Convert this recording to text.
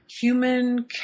human